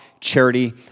charity